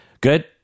Good